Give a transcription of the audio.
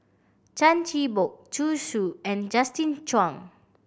Chan Chin Bock Zhu Xu and Justin Zhuang